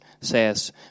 says